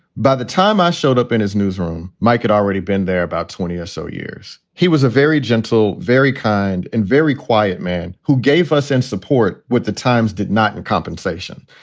by the time i showed up in his newsroom, mike had already been there about twenty or so years. he was a very gentle, very kind and very quiet man who gave us and support what the times did not in compensation.